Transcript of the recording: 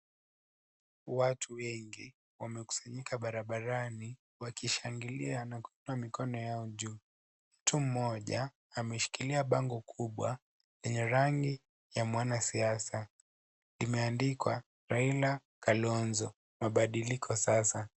Watu wengi, wamekusanyika barabarani, wakishangilia na kuinua mikono yao juu. Mtu mmoja ameshikilia bango kubwa, lenye rangi ya mwanasiasa. Imeandikwa Raila , Kalonzo, Mabadiliko sasa.